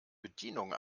bedienung